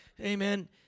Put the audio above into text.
amen